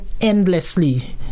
endlessly